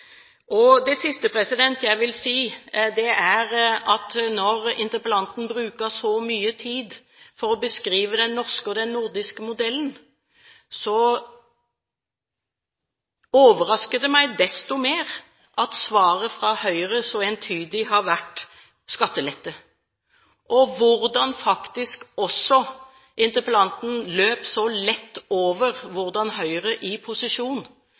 Det siste jeg vil si, er at når interpellanten bruker så mye tid for å beskrive den norske og nordiske modellen, overrasker det meg desto mer at svaret fra Høyre så entydig har vært skattelette, og hvordan også interpellanten løp så lett over hvordan Høyre i posisjon